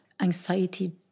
Anxiety